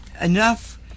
enough